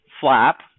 flap